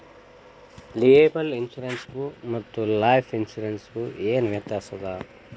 Liable insurance ಗು ಮತ್ತ life insurance ಗು ಏನ್ ವ್ಯಾತ್ಯಾಸದ?